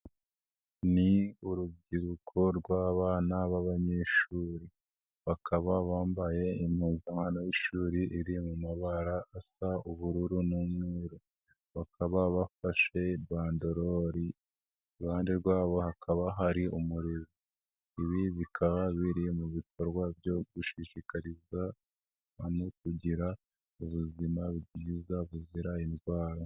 Ni urubyiruko rw'abana b'abanyeshuri bakaba bambaye impuzankano y'ishuri iri mu mabara asa ubururu n'umweru, bakaba bafashe bandarori, iruhande rwabo hakaba hari umurezi, ibi bikaba biri mu bikorwa byo gushishikariza abantu kugira ubuzima bwiza buzira indwara.